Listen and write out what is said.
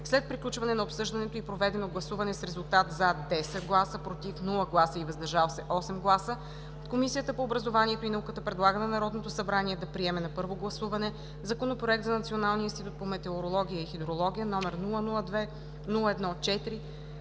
След приключване на обсъждането и проведено гласуване с резултат: 10 гласа „за“, без гласове „против“ и 8 гласа „въздържал се“, Комисията по образованието и науката предлага на Народното събрание да приеме на първо гласуване Законопроект за Националния институт по метеорология и хидрология, № 002-01-4,